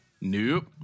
Nope